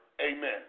Amen